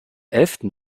elften